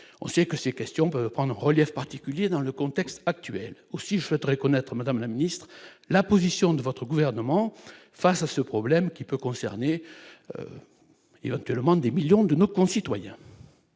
l'on sait que ces questions peuvent prendre relief particulier dans le contexte actuel, aussi je souhaiterais connaître madame la Ministre, la position de votre gouvernement, face à ce problème qui peut concerner éventuellement des millions de nos concitoyens.